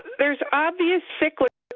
there's obvious cyclical